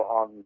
on